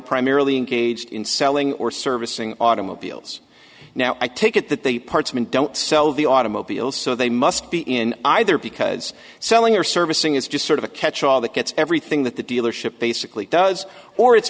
primarily engaged in selling or servicing automobiles now i take it that the parts men don't sell the automobiles so they must be in either because selling or servicing is just sort of a catch all that gets everything that the dealership basically does or it's